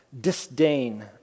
disdain